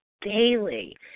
daily